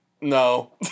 no